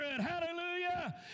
hallelujah